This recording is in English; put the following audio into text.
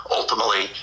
ultimately